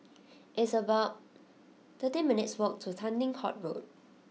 it's about thirteen minutes' walk to Tanglin Halt Road